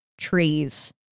trees